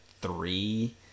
three